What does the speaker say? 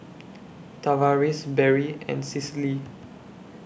Tavaris Berry and Cicely